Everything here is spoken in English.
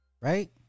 Right